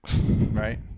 right